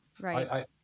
right